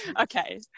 Okay